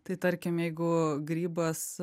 tai tarkim jeigu grybas